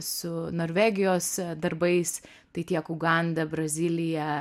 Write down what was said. su norvegijos darbais tai tiek ugandą braziliją